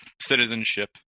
citizenship